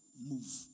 move